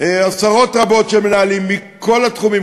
עשרות רבות של מנהלים מכל התחומים,